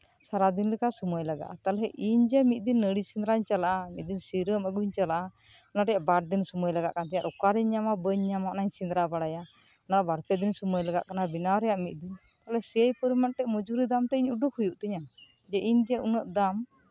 ᱥᱟᱨᱟᱫᱤᱱ ᱞᱮᱠᱟ ᱥᱚᱢᱚᱭ ᱞᱟᱜᱟᱜᱼᱟ ᱛᱟᱦᱞᱮ ᱤᱧ ᱡᱮ ᱢᱤᱫ ᱫᱤᱱ ᱱᱟᱲᱤ ᱥᱮᱸᱫᱽᱨᱟᱧ ᱪᱟᱞᱟᱜᱼᱟ ᱢᱤᱫᱫᱤᱱ ᱥᱤᱨᱳᱢ ᱟᱹᱜᱩᱧ ᱪᱟᱞᱟᱜᱼᱟ ᱚᱱᱟ ᱨᱮᱭᱟᱜ ᱵᱟᱨ ᱫᱤᱱ ᱥᱚᱢᱚᱭ ᱞᱟᱜᱟᱜ ᱠᱟᱱ ᱛᱤᱧᱟᱹ ᱟᱨ ᱚᱠᱟᱨᱤᱧ ᱧᱟᱢᱟ ᱵᱟᱹᱧ ᱧᱟᱢᱟ ᱚᱱᱟᱧ ᱥᱮᱫᱽᱨᱟ ᱵᱟᱲᱟᱭᱟ ᱚᱱᱟ ᱵᱟᱨ ᱯᱮ ᱫᱤᱱ ᱥᱚᱢᱚᱭ ᱞᱟᱜᱟᱜ ᱠᱟᱱᱟ ᱚᱱᱟ ᱵᱮᱱᱟᱣ ᱨᱮᱭᱟᱜ ᱢᱤᱫ ᱫᱤᱱ ᱢᱟᱱᱮ ᱥᱮᱭ ᱩᱯᱚᱨ ᱢᱤᱫᱴᱮᱱ ᱢᱚᱡᱩᱨᱤ ᱫᱟᱢ ᱛᱚ ᱩᱰᱩᱠ ᱦᱩᱭᱩᱜ ᱛᱤᱧᱟ ᱤᱧ ᱡᱮ ᱩᱱᱟᱹᱜ ᱫᱟᱢ